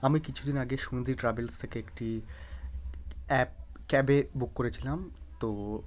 আমি কিছুদিন আগে সুন্দি ট্রাভেলস থেকে একটি অ্যাপ ক্যাবে বুক করেছিলাম তো